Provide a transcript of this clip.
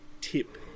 tip